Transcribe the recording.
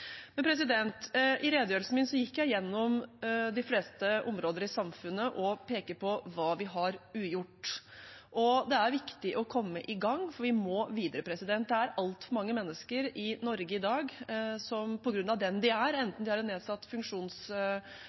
på hva vi har ugjort. Det er viktig å komme i gang, for vi må videre. Det er altfor mange mennesker i Norge i dag som på grunn av den de er, enten de har en nedsatt